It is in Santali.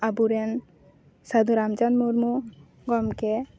ᱟᱵᱚᱨᱮᱱ ᱥᱟᱫᱷᱩᱨᱟᱢ ᱪᱟᱸᱫᱽ ᱢᱩᱨᱢᱩ ᱜᱚᱝᱠᱮ